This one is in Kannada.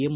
ಎಂ